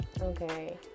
okay